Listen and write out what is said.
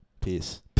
Peace